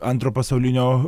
antro pasaulinio